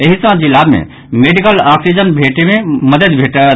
एहि सॅ जिला मे मेडिकल ऑक्सीजन भेटय मे मददि भेटत